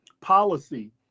policy